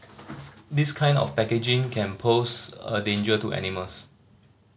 this kind of packaging can pose a danger to animals